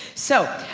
so,